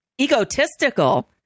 egotistical